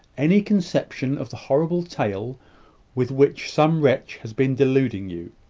any conception of the horrible tale with which some wretch has been deluding you.